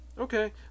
okay